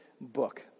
book